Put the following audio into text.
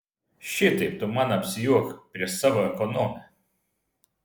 šitaip tu man apsijuok prieš savo ekonomę